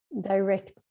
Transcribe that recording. direct